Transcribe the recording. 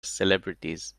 celebrities